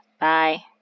Bye